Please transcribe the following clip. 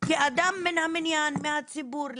כאדם מן המניין, מהציבור.